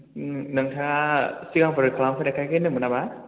उम नोंथाङा सिगांनिफ्राय खालामफेरखायाखै होनदों नामा